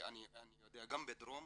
אני יודע גם בדרום